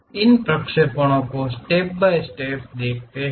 अब हम इन प्रक्षेपणों को स्टेप बाय स्टेप देखते हैं